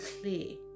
clear